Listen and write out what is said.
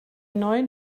neuen